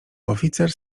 oficer